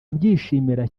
abyishimira